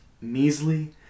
measly